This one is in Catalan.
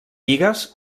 lligues